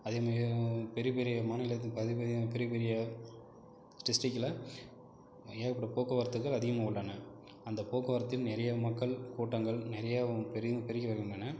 அதே மாதிரி பெரிய பெரிய மாநிலத்தில் அதேமேரி பெரிய பெரிய டிஸ்டிரிக்கில ஏகப்பட்ட போக்குவரத்துகள் அதிகமாக உள்ளன அந்த போக்குவரத்தில் நிறைய மக்கள் கூட்டங்கள் நிறையவும் பெருகி பெருகி வருகின்றன